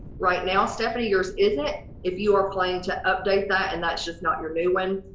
right now stephanie yours isn't. if you are planning to update that and that's just not your new one,